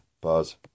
pause